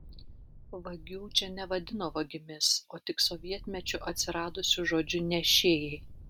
vagių čia nevadino vagimis o tik sovietmečiu atsiradusiu žodžiu nešėjai